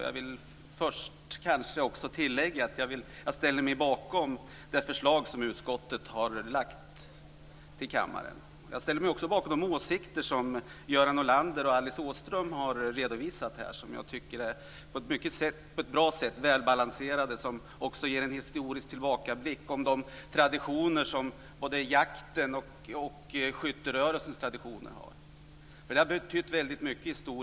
Jag vill först tillägga att jag ställer mig bakom det förslag som utskottet har lagt fram inför kammaren. Jag ställer mig också bakom de åsikter som Göran Norlander och Alice Åström har redovisat, som jag tycker är välbalanserade och som också ger en historisk tillbakablick över de traditioner som både jakten och skytterörelsen har.